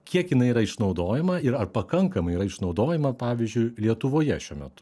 kiek jinai yra išnaudojama ir ar pakankamai yra išnaudojama pavyzdžiui lietuvoje šiuo metu